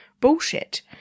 bullshit